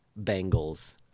Bengals